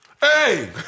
Hey